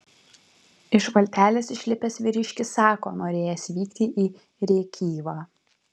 iš valtelės išlipęs vyriškis sako norėjęs vykti į rėkyvą